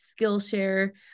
Skillshare